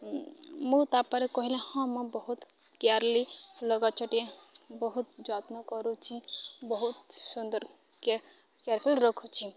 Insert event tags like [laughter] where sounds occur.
ମୁଁ ତା'ପରେ କହିଲେ ହଁ ମୁଁ ବହୁତ କେୟାର୍ଲି ଫୁଲ ଗଛଟିଏ ବହୁତ ଯତ୍ନ କରୁଛି ବହୁତ ସୁନ୍ଦର [unintelligible] ରଖୁଛି